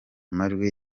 majwi